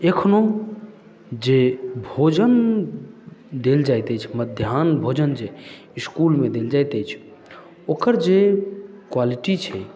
एखनो जे भोजन देल जाइत अछि मध्याह्न भोजन जे इसकुलमे देल जाइत अछि ओकर जे क्वालिटी छै